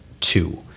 two